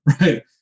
right